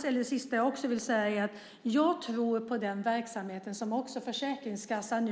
Till sist vill jag säga att jag tror på Försäkringskassans,